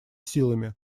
силами